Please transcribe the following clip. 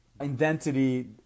identity